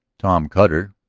tom cutter,